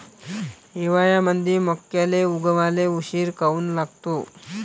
हिवाळ्यामंदी मक्याले उगवाले उशीर काऊन लागते?